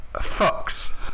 fox